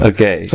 Okay